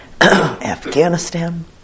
Afghanistan